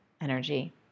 energy